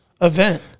event